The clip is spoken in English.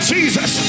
Jesus